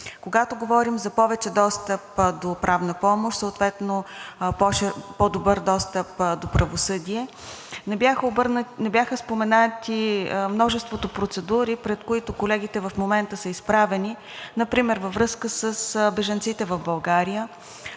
Когато говорим за повече достъп до правна помощ, съответно по-добър достъп до правосъдие, не бяха споменати множеството процедури, пред които колегите в момента са изправени, например във връзка с бежанците в България,